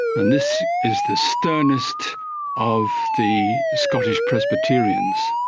and this is the sternest of the scottish presbyterians.